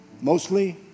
Mostly